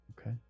Okay